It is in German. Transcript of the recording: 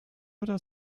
oder